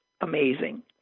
amazing